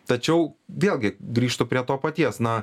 tačiau vėlgi grįžtu prie to paties na